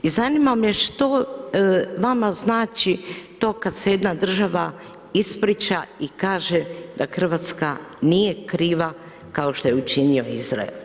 Zanima me što vama znači to kad se jedna država ispriča i kaže da Hrvatska nije kriva kao što je učinio Izrael.